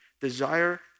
Desire